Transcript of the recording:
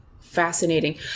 fascinating